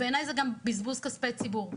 בעיני זה גם בזבוז כספי ציבור.